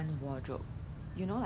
so some is like from